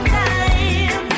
time